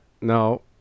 no